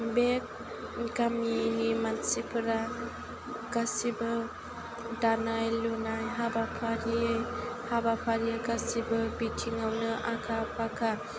बे गामिनि मानसिफोरा गासिबो दानाय लुनाय हाबाफारि हाबाफारि गासिबो बिथिङावनो आखा फाखा